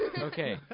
Okay